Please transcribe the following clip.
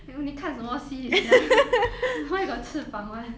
you 你看什么戏 sia why got 翅膀 [one]